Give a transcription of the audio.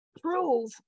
prove